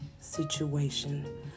situation